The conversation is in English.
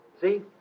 See